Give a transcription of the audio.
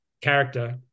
character